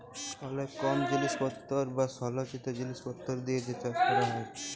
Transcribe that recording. অলেক কম জিলিসপত্তর বা সলচিত জিলিসপত্তর দিয়ে যে চাষ ক্যরা হ্যয়